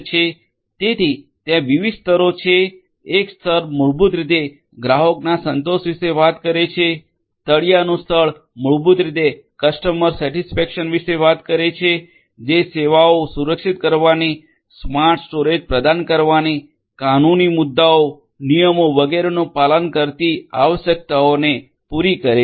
જેથી ત્યાં વિવિધ સ્તરો છે એક સ્તર મૂળભૂત રીતે ગ્રાહકના સંતોષ વિશે વાત કરે છે તળિયાનું સ્તર મૂળભૂત રીતે કસ્ટમર સેટિસ્ફેકશન વિશે વાત કરે છે કે જે સેવાઓ સુરક્ષિત કરવાની સ્માર્ટ સ્ટોરેજ પ્રદાન કરવાની કાનૂની મુદ્દાઓ નિયમો વગેરેનું પાલન કરતી આવશ્યકતાઓને પૂરી કરે છે